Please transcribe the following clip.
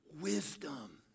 Wisdom